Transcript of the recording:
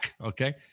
Okay